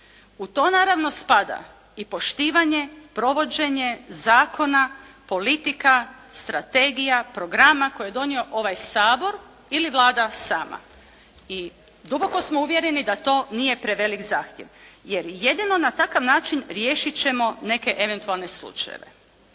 U to naravno spada i poštivanje, provođenje zakona, politika, strategija, programa koje je donio ovaj Sabor ili Vlada sama. I duboko smo uvjereni da to nije preveliki zahtjev jer jedino na takav način riješit ćemo neke eventualne slučajeve.